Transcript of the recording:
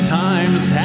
time's